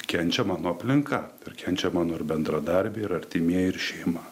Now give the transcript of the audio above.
kenčia mano aplinka ir kenčia mano ir bendradarbiai ir artimieji ir šeima